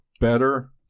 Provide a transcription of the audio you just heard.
Better